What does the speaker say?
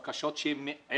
שהתבקשו בבקשה אחת